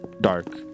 dark